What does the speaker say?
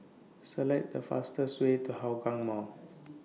Select The fastest Way to Hougang Mall